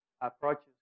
approaches